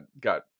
got